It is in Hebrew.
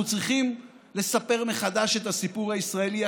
אנחנו צריכים לספר מחדש את הסיפור הישראלי.